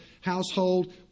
household